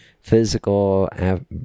physical